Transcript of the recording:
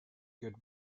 good